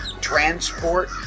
transport